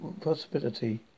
possibility